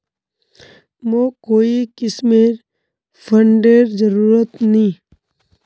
मोक कोई किस्मेर फंडेर जरूरत नी